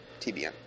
TBN